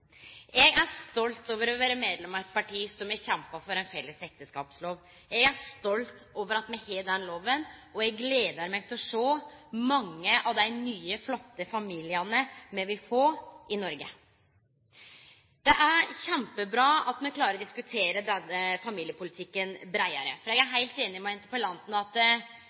Eg er stolt over å vere medlem av eit parti som har kjempa for ein felles ekteskapslov, eg er stolt over at me har den loven, og eg gler meg til å sjå mange av dei nye flotte familiane me vil få i Noreg. Det er kjempebra at me klarar å diskutere familiepolitikken breiare. Eg er heilt einig med interpellanten i at